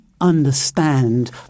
understand